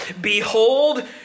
behold